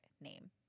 name